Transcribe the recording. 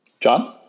John